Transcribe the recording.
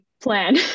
plan